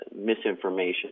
misinformation